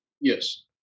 Yes